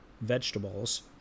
vegetables